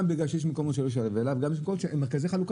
גם בגלל שיש מקומות שלא שווה לה וגם בגלל שיש מקומות שאין מרכזי חלוקה.